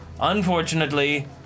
unfortunately